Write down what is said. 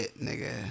nigga